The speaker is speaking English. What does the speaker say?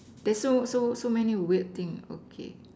that's so so so many weird thing okay